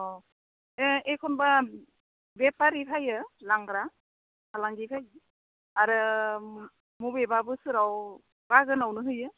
अ ए एखमब्ला बेफारि फाययो लांग्रा आलांगि बायो आरो मबेबा बोसोराव बागानावनो हैयो